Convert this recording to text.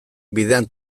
bidean